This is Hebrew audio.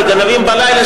כגנבים בלילה,